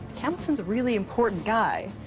hamilton's a really important guy.